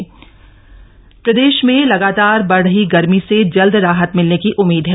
मौसम प्रदेश में लगाप्ता बढ़ रही गर्मी से जल्द राहत मिलने की उम्मीद है